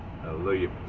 hallelujah